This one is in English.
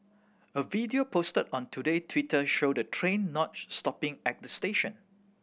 a video posted on Today Twitter showed the train not stopping at the station